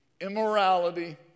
immorality